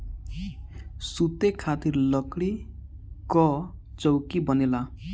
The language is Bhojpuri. सुते खातिर लकड़ी कअ चउकी बनेला